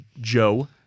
Joe